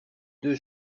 deux